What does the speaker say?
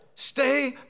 Stay